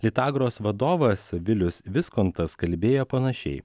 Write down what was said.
lytagros vadovas vilius viskontas kalbėjo panašiai